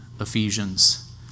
Ephesians